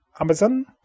Amazon